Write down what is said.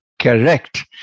Correct